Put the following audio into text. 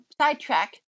sidetrack